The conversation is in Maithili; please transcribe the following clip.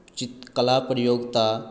चित्रकला प्रतियोगिता